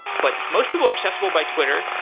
but most people are accessible by twitter.